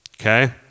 Okay